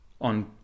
on